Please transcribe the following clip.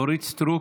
אורית סטרוק,